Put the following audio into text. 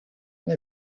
and